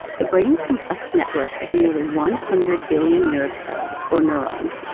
the brain's complex network of nearly one hundred billion nerve cells, or neurons,